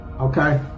Okay